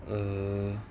err